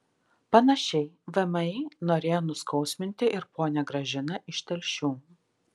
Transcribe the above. panašiai vmi norėjo nuskausminti ir ponią gražiną iš telšių